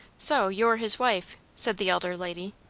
so you're his wife! said the elder lady.